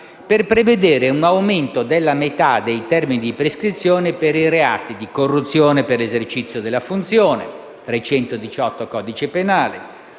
per prevedere un aumento della metà dei termini di prescrizione per i reati di corruzione per esercizio della funzione (articolo